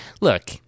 look